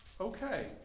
Okay